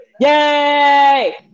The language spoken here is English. Yay